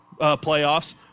playoffs